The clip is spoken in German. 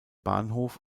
bahnhof